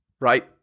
right